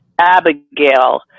Abigail